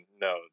no